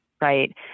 right